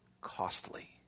costly